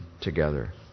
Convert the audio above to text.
together